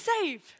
save